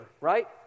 right